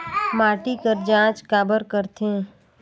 माटी कर जांच काबर करथे?